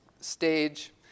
stage